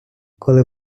коли